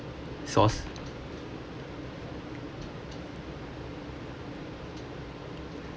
sauce